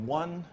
one